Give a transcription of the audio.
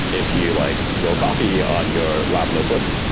if you like spill coffee on your lab notebook,